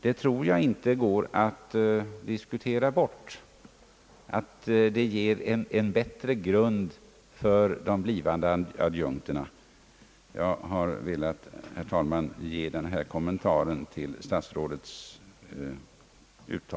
Jag tror inte det går att disku tera bort, att detta skulle ge en bättre grund för de blivande adjunkterna. Jag har velat, herr talman, ge denna